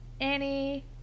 Annie